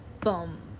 bum